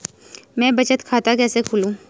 मैं बचत खाता कैसे खोलूँ?